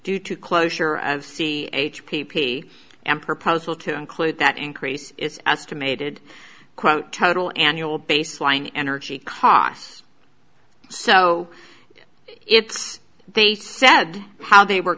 due to closure of c h p p m proposal to include that increase its estimated quote total annual baseline energy costs so it's they said how they were